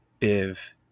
Biv